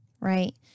Right